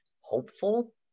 hopeful